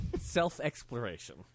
Self-exploration